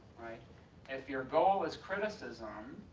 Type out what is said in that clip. if your goal is criticism,